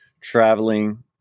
traveling